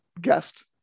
guest